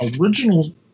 original